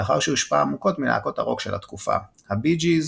לאחר שהושפע עמוקות מלהקות הרוק של התקופה – הבי ג'יז,